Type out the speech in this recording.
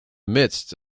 midst